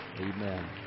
Amen